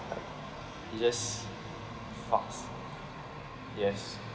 he's just fast yes